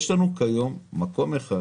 יש לנו ניסיון, יש לנו היום מקום אחד